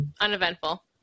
Uneventful